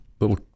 little